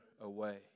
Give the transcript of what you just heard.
away